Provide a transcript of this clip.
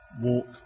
walk